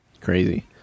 Crazy